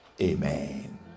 Amen